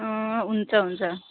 अँ हुन्छ हुन्छ